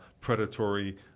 predatory